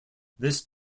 this